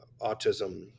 autism